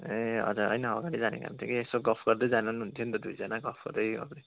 ए हजुर होइन अगाडि जाने काम थियो कि यसो गफ गर्दैजानु पनि हुनेथियो दुईजना गफ गर्दै गर्दै